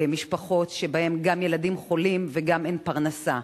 משפחות שבהן גם הילדים חולים וגם אין פרנסה.